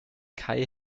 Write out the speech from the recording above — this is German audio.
kai